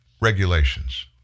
regulations